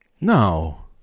No